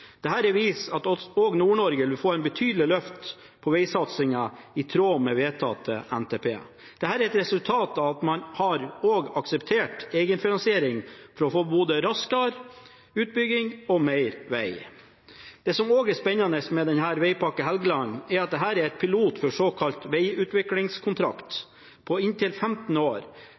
viser at også Nord- Norge vil få et betydelig løft i vegsatsingen, i tråd med vedtatt NTP. Dette er et resultat av at man har akseptert egenfinansiering for å få både raskere utbygging og mer veg. Det som også er spennende med Vegpakke Helgeland, er at dette er pilot for en såkalt vegutviklingskontrakt på inntil 15 år,